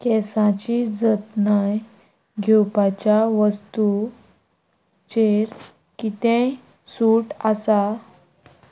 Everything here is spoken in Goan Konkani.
केंसाची जतनाय घेवपाच्या वस्तूचेर कितेंय सूट आसा